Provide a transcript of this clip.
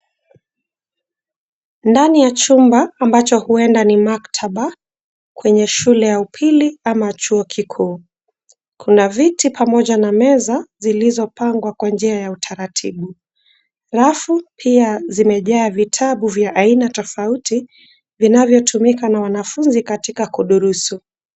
Ndani ya chumba ambacho huenda ni maktaba kwenye shule ya upili ama chuo kikuu. Kuna viti pamoja na meza zilizopangwa kwa njia ya utaratibu. Rafu pia zimejaa vitabu vya aina tofauti vinavyotumika na wanafunzi katika kudurusu.